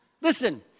Listen